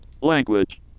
Language